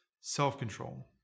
self-control